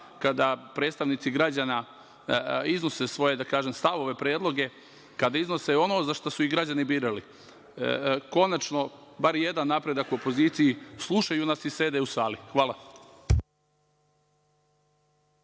kada predstavnici građana iznose svoje stavove, predloge, kada iznose ono za šta su ih građani birali. Konačno bar jedan napredak u opoziciji, slušaju nas i sede u sali. Hvala.